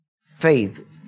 faith